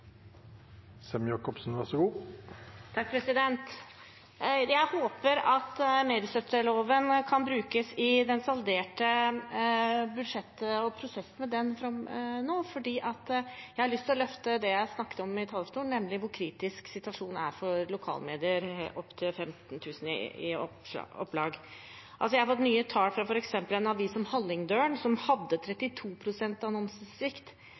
Jeg håper at mediestøtteloven kan brukes i det salderte budsjettet og prosessen der nå, for jeg har lyst til å løfte fram det jeg snakket om på talerstolen i stad, nemlig hvor kritisk situasjonen er for lokalmedier med opptil 15 000 i opplag. Jeg har fått nye tall fra f.eks. en avis som Hallingdølen, som hadde